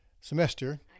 semester